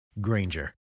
Granger